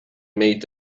made